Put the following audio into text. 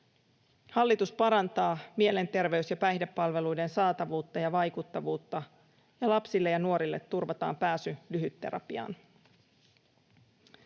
Hallitus parantaa mielenterveys- ja päihdepalveluiden saatavuutta ja vaikuttavuutta, ja lapsille ja nuorille turvataan pääsy lyhytterapiaan.